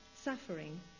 suffering